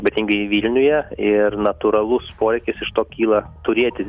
ypatingai vilniuje ir natūralus poreikis iš to kyla turėti